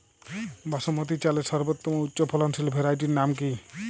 বাসমতী চালের সর্বোত্তম উচ্চ ফলনশীল ভ্যারাইটির নাম কি?